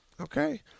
okay